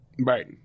Right